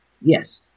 Yes